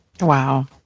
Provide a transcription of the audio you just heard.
Wow